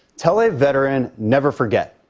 tell a veteran, never forget.